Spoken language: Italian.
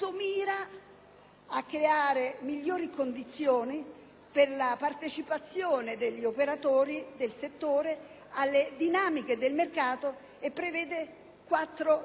a creare migliori condizioni per la partecipazione degli operatori del settore alle dinamiche del mercato e prevede quattro direttrici.